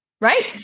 Right